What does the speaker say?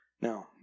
Now